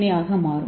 ஏ ஆக மாறும்